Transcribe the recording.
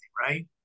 right